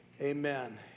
Amen